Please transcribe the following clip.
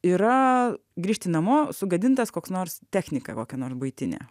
yra grįžti namo sugadintas koks nors technika kokia nor buitinė